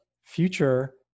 future